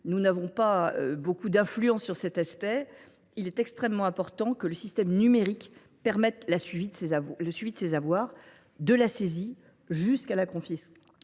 nous n’avons pas beaucoup d’influence sur cet aspect là des choses, il est extrêmement important que le système numérique permette le suivi des avoirs, de la saisie jusqu’à la confiscation.